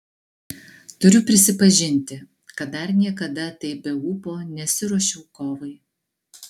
turiu prisipažinti kad dar niekada taip be ūpo nesiruošiau kovai